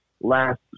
last